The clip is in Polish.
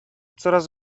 coraz